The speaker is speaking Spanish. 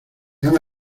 ama